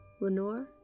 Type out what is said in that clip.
Lenore